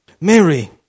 Mary